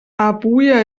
abuja